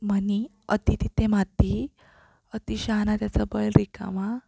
म्हणी अति तिथे माती अति शहाणा त्याचा बैल रिकामा